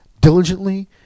diligently